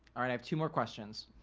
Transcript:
all right i have two more questions.